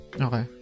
Okay